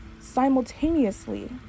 simultaneously